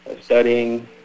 studying